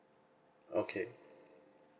okay